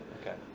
okay